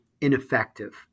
ineffective